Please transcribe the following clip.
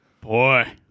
Boy